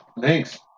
thanks